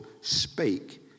spake